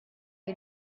you